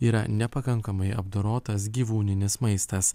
yra nepakankamai apdorotas gyvūninis maistas